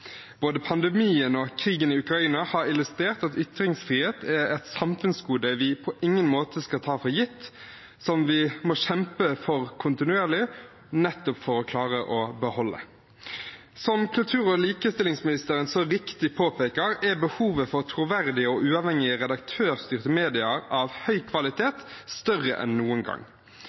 Både pandemien og krigen i Ukraina har illustrert at ytringsfrihet er et samfunnsgode vi på ingen måte skal ta for gitt, men som vi må kjempe for kontinuerlig, nettopp for å klare å beholde. Som kultur- og likestillingsministeren så viktig påpeker, er behovet for troverdige og uavhengige redaktørstyrte medier av høy kvalitet større enn noen gang.